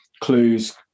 clues